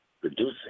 producing